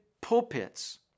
pulpits